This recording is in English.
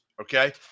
Okay